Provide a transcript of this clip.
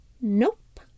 Nope